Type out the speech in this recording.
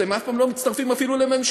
אתם אף פעם לא מצטרפים אפילו לממשלה,